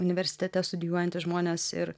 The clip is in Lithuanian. universitete studijuojantys žmonės ir